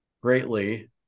greatly